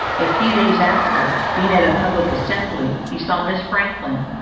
a few days after, being at a public assembly, he saw miss franklin,